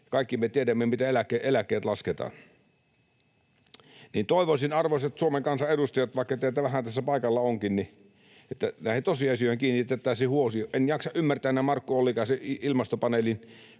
Kaikki me tiedämme, miten eläkkeet lasketaan. Toivoisin, arvoisat Suomen kansan edustajat, vaikka teiltä vähän tässä paikalla onkin, että näihin tosiasioihin kiinnitettäisiin huomiota. En jaksa ymmärtää Markku Ollikaisen, ilmastopaneelin